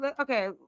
Okay